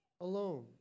alone